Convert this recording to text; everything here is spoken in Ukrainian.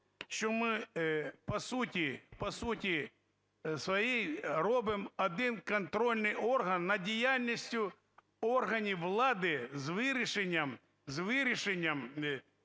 що ми по суті своїй робимо один контрольний орган над діяльністю органів влади з вирішенням